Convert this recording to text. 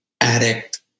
addict